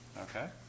Okay